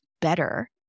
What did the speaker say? better